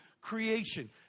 creation